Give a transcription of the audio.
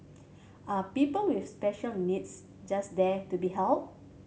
are people with special needs just there to be helped